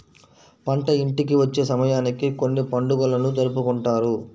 పంట ఇంటికి వచ్చే సమయానికి కొన్ని పండుగలను జరుపుకుంటారు